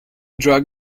drag